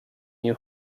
new